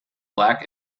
black